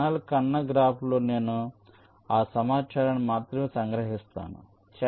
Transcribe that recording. channel ఖండన గ్రాఫ్లో నేను ఆ సమాచారాన్ని మాత్రమే సంగ్రహిస్తాను